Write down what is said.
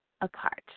apart